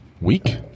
week